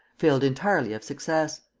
failed entirely of success.